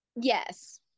Yes